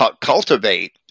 cultivate